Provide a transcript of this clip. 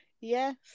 Yes